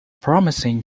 promising